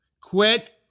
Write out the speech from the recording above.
Quit